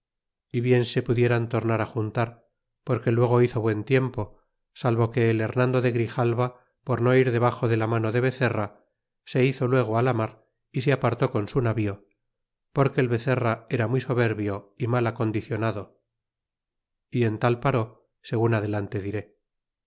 y bien se pudieran tornará juntar porque luego hizo buen tiempo salvo que el hernando de grijalva por no ir debaxo de la mano de bezerra se hizo luego á la mar y se aparté con su navío porque el bezerra era muy soberbio y mal a condicionado y en tal paré segun adelante diré